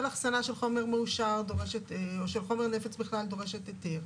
אחסנה של חומר מאושר או של חומר נפץ בכלל דורשת היתר,